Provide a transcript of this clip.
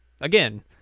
Again